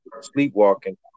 sleepwalking